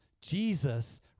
Jesus